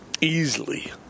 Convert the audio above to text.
easily